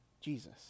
Jesus